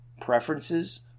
preferences